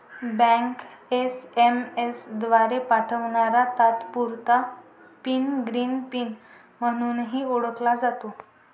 bank SMS द्वारे पाठवणारा तात्पुरता पिन ग्रीन पिन म्हणूनही ओळखला जातो